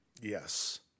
Yes